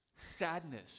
sadness